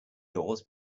doors